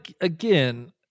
again